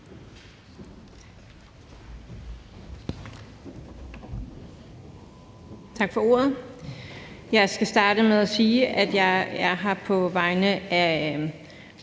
Tak for ordet. Jeg skal starte med at sige, at jeg er her på vegne af